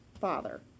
father